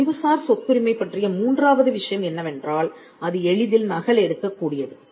அறிவுசார் சொத்துரிமை பற்றிய மூன்றாவது விஷயம் என்னவென்றால் அது எளிதில் நகலெடுக்கக் கூடியது